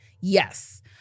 Yes